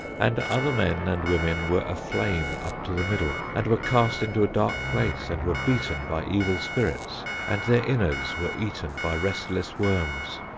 and other men and women were aflame up to the middle, and were cast into a dark place and were beaten by evil spirits, and their inwards were eaten by restless worms.